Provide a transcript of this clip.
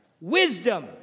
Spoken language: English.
Wisdom